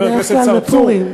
חבר הכנסת צרצור,